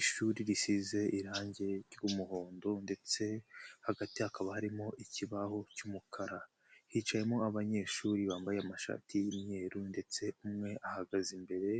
Ishuri risize irangi ry'umuhondo ndetse hagati hakaba harimo ikibaho cy'umukara, hicayemo abanyeshuri bambaye amashati y'imyeru ndetse umwe ahagaze imbere,